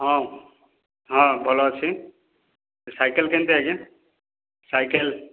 ହଁ ହଁ ଭଲ ଅଛି ସାଇକେଲ କେମିତା କି ସାଇକେଲ